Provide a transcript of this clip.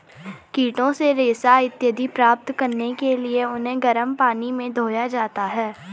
कीटों से रेशा इत्यादि प्राप्त करने के लिए उन्हें गर्म पानी में धोया जाता है